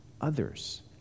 others